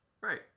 Right